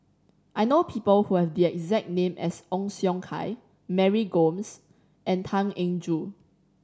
I know people who have the exact name as Ong Siong Kai Mary Gomes and Tan Eng Joo